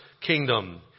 kingdom